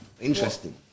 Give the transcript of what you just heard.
Interesting